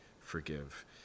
forgive